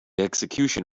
execution